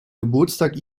geburtstag